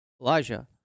Elijah